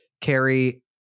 Carrie